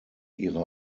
ihre